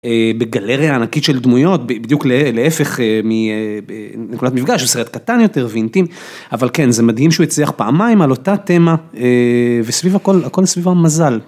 בגלריה ענקית של דמויות, בדיוק להפך מנקודת מפגש, סרט קטן יותר ואינטימי, אבל כן, זה מדהים שהוא הצליח פעמיים על אותה תמה, וסביב הכל, הכל סביבם מזל.